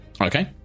Okay